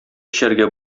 эчәргә